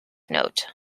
note